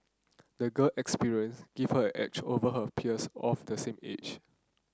the girl experience gave her an edge over her peers of the same age